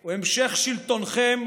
הוא המשך שלטונכם,